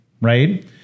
right